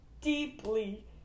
deeply